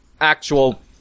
actual